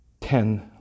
Ten